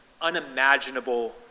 unimaginable